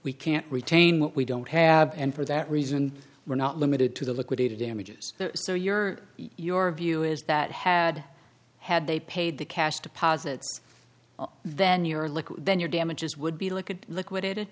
we can't retain what we don't have and for that reason we're not limited to the liquidated damages so your your view is that had had they paid the cash deposits then you're looking then your damages would be like a liquid